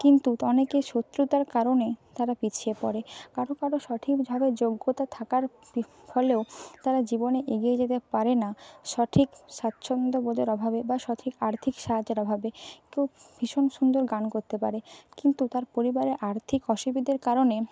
কিন্তু অনেকে শত্রুতার কারণে তারা পিছিয়ে পড়ে কারো কারো সঠিকভাবে যোগ্যতা থাকার ফলেও তারা জীবনে এগিয়ে যেতে পারে না সঠিক স্বাচ্ছন্দ্য বোধের অভাবে বা সঠিক আর্থিক সাহায্যের অভাবে কেউ ভীষণ সুন্দর গান করতে পারে কিন্তু তার পরিবারে আর্থিক অসুবিধের কারণে